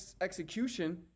execution